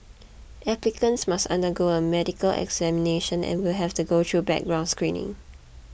applicants must undergo a medical examination and will have to go through background screening